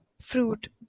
fruit